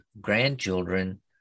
grandchildren